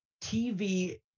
TV